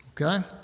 Okay